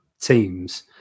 teams